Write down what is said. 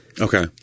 Okay